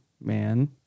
man